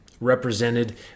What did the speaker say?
represented